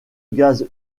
gaz